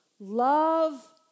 Love